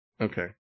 Okay